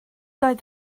doedd